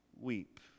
weep